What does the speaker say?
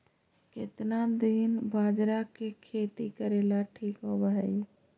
केतना दिन बाजरा के खेती करेला ठिक होवहइ?